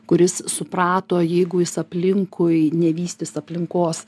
kuris suprato jeigu jis aplinkui nevystys aplinkos